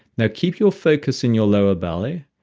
now keep your focus in your lower belly.